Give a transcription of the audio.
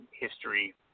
history